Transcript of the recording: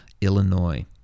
Illinois